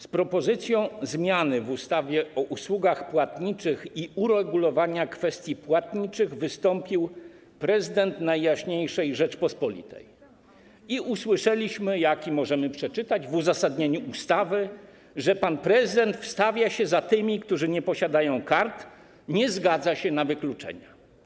Z propozycją zmiany w ustawie o usługach płatniczych i uregulowania kwestii płatniczych wystąpił prezydent Najjaśniejszej Rzeczypospolitej i usłyszeliśmy, jak i możemy przeczytać w uzasadnieniu ustawy, że pan prezydent wstawia się za tymi, którzy nie posiadają kart, nie zgadza się na wykluczenie.